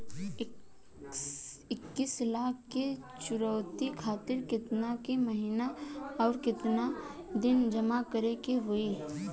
इक्कीस लाख के मचुरिती खातिर केतना के महीना आउरकेतना दिन जमा करे के होई?